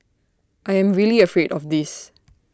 I am really afraid of this